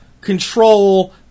control